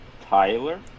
Tyler